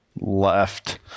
left